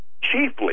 chiefly